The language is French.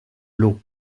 l’eau